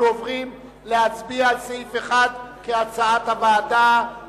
אנחנו עוברים להצביע על הסעיף כהצעת הוועדה.